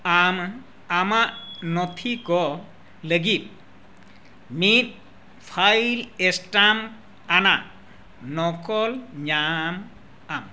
ᱟᱢ ᱟᱢᱟᱜ ᱱᱚᱛᱷᱤ ᱠᱚ ᱞᱟᱹᱜᱤᱫ ᱢᱤᱫ ᱯᱷᱟᱭᱤᱞ ᱥᱴᱮᱢᱯ ᱟᱱᱟᱜ ᱱᱚᱠᱚᱞ ᱧᱟᱢᱟᱢ